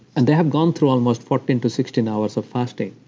and they have gone through almost fourteen to sixteen hours of fasting,